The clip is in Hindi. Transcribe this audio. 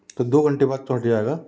तो दो घंटे बाद तो हट जाएगा